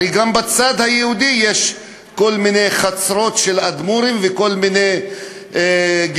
הרי גם בצד היהודי יש כל מיני חצרות של אדמו"רים וכל מיני גישות.